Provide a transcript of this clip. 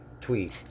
tweet